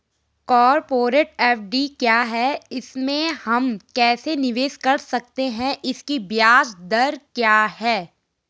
Corporate FD क्या है इसमें हम कैसे निवेश कर सकते हैं इसकी ब्याज दर क्या है?